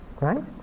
Right